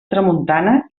tramuntana